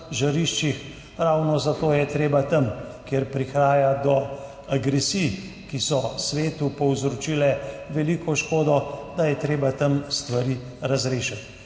žariščih. Ravno zato je treba tam, kjer prihaja do agresij, ki so v svetu povzročile veliko škodo, stvari razrešiti.